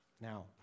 Now